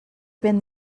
been